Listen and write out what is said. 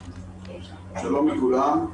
שלום לכולם.